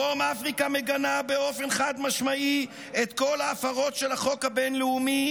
"דרום אפריקה מגנה באופן חד-משמעי את כל ההפרות של החוק הבין-לאומי,